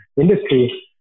industry